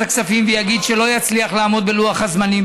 הכספים ויגיד שהוא לא יצליח לעמוד בלוח הזמנים,